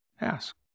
Ask